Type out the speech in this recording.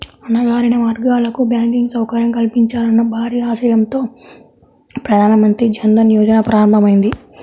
అణగారిన వర్గాలకు బ్యాంకింగ్ సౌకర్యం కల్పించాలన్న భారీ ఆశయంతో ప్రధాన మంత్రి జన్ ధన్ యోజన ప్రారంభమైంది